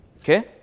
Okay